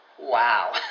Wow